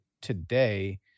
today